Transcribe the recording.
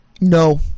No